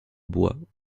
bois